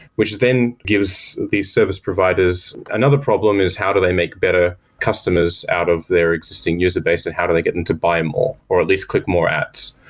which then gives these service providers another problem is how do they make better customers out of their existing user-base and how do they get them to buy more or at least click more ads.